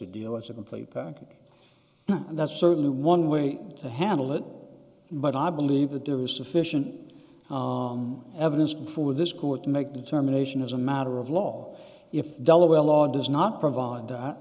to deal as a complete package and that's certainly one way to handle it but i believe that there is sufficient evidence for this court to make determination as a matter of law if delaware law does not provide that